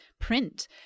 print